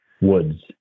woods